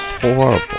Horrible